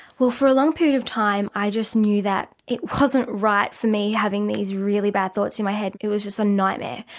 well for a long period of time i just knew that it wasn't right for me having these really bad thoughts in my head, it was just a nightmare.